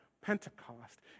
Pentecost